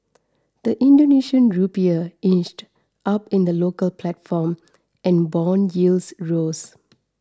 the Indonesian Rupiah inched up in the local platform and bond yields rose